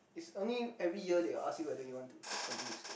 is only every year they will ask you whether you want to continue your stay ah